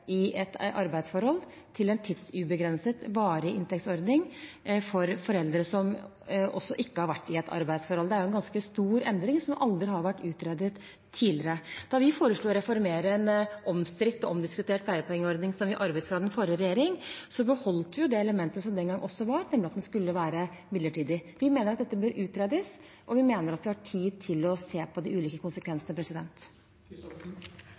i et arbeidsforhold til en tidsubegrenset varig inntektsordning også for foreldre som ikke har vært i et arbeidsforhold. Det er en ganske stor endring, som aldri har vært utredet tidligere. Da vi foreslo å reformere en omstridt og omdiskutert pleiepengeordning som vi arvet fra den forrige regjeringen, beholdt vi et element som også var der den gang, nemlig at den skulle være midlertidig. Vi mener at dette bør utredes, og vi mener at vi har tid til å se på de ulike